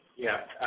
yes,